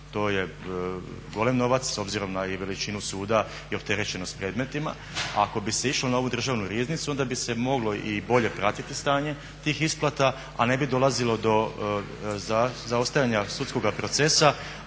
To je golem novac s obzirom i na veličinu suda i opterećenost predmetima. A ako bi se išlo na ovu Državnu riznicu onda bi se moglo i bolje pratiti stanje tih isplata, a ne bi dolazilo do zaostajanja sudskoga procesa